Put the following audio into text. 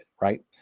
right